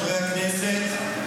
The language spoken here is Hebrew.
חברי הכנסת,